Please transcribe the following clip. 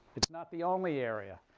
it's not the only area,